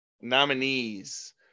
nominees